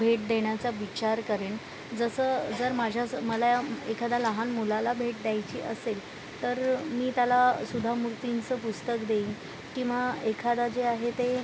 भेट देण्याचा विचार करेन जसं जर माझ्याच मला एखाद्या लहान मुलाला भेट द्यायची असेल तर मी त्याला सुधा मूर्तींचं पुस्तक देईन किंवा एखादा जे आहे ते